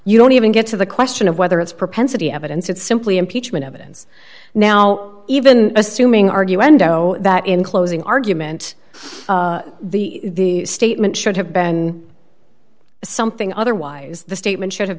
you don't even get to the question of whether it's propensity evidence it's simply impeachment evidence now even assuming argue endo that in closing argument the statement should have been something otherwise the statement should have